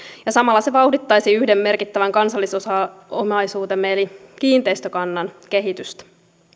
ja samalla se vauhdittaisi yhden merkittävän kansallisomaisuutemme eli kiinteistökannan kehitystä